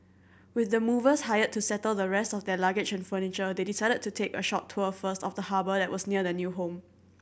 with the movers hired to settle the rest of their luggage and furniture they decided to take a short tour first of the harbour that was near their new home